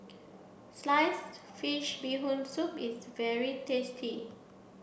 Sliced Fish Bee Hoon Soup is very tasty